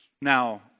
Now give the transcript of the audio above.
now